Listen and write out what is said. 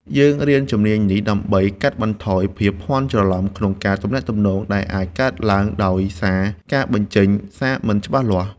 យើងរៀនជំនាញនេះដើម្បីកាត់បន្ថយភាពភាន់ច្រឡំក្នុងការទំនាក់ទំនង ដែលអាចកើតឡើងដោយសារការបញ្ចេញសារមិនច្បាស់លាស់។